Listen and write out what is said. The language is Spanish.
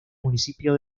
municipio